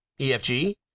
efg